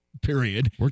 period